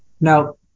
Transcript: Now